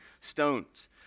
stones